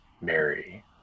Mary